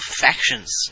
factions